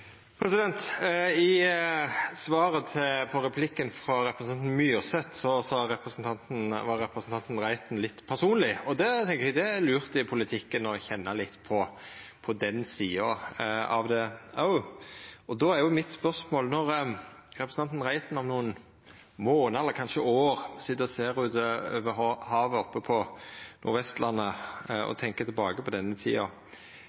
I svaret på replikken frå representanten Myrseth var representanten Reiten litt personleg, og eg tenkjer det er lurt i politikken å kjenna litt på den sida av det òg. Då er mitt spørsmål: Når representanten Reiten om nokre månader eller kanskje år sit og ser utover havet oppe på Nordvestlandet og tenkjer tilbake på denne tida,